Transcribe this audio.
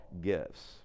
gifts